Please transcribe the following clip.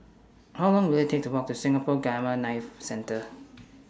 How Long Will IT Take to Walk to Singapore Gamma Knife Centre